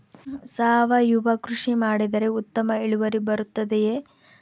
ಸಾವಯುವ ಕೃಷಿ ಮಾಡಿದರೆ ಉತ್ತಮ ಇಳುವರಿ ಬರುತ್ತದೆಯೇ?